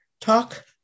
talk